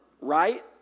right